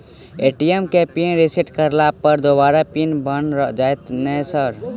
ATM केँ pin reset करला पर दोबारा पिन बन जाइत नै सर?